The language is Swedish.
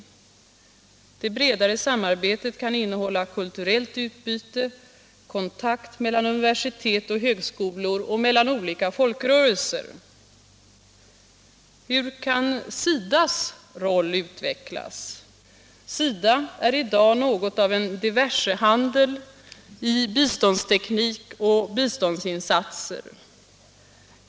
Det bredare samarbetet kan innehålla kulturellt utbyte, kontakt mellan universitet och högskolor samt mellan olika folkrörelser. Hur kan SIDA:s roll utvecklas? SIDA är i dag något av en diversehandel i biståndsteknik och biståndsinsatser.